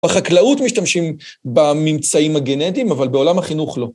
בחקלאות משתמשים בממצאים הגנטיים, אבל בעולם החינוך לא.